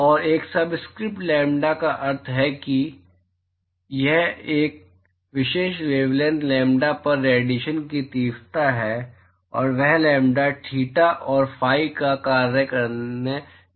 और एक subscript lambda का अर्थ है कि एक विशेष वेवलैंथ लैम्ब्डा पर रेडिएशन की तीव्रता और वह लैम्ब्डा थीटा और फाइ का कार्य करने जा रही है